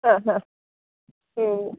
ആ ആ ഹമ്